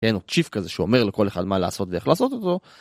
אין עוד שיף כזה שאומר לכל אחד מה לעשות ואיך לעשות אותו.